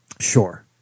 Sure